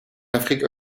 afrique